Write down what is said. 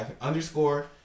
underscore